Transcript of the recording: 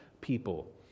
people